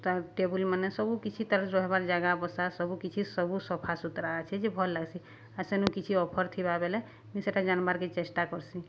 ତା ଟେବୁଲ୍ମାନେ ସବୁ କିଛି ତାର୍ ରହେବାର୍ ଜାଗା ବସା ସବୁ କିଛି ସବୁ ସଫା ସୁତ୍ରା ଅଛେ ଯେ ଭଲ୍ ଲାଗ୍ସି ଆର୍ କିଛି ଅଫର୍ ଥିବାବେଲେ ମୁଇଁ ସେଟା ଜାନ୍ବାର୍କେ ଚେଷ୍ଟା କର୍ସିଁ